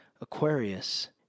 Aquarius